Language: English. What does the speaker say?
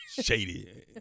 Shady